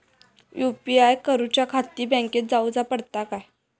UPI करूच्याखाती बँकेत जाऊचा पडता काय?